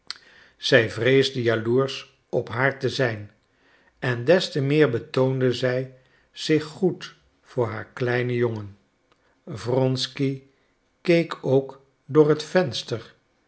zij vreesde jaloersch op haar te zijn en des te meer betoonde zij zich goed voor haar kleinen jongen wronsky keek ook door het venster